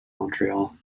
montreal